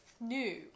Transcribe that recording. new